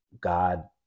God